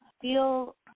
feel